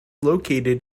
located